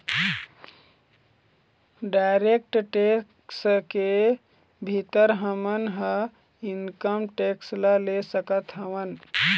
direct tax के भीतर हमन ह इनकम टेक्स ल ले सकत हवँन